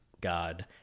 God